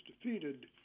defeated